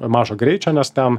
mažo greičio nes ten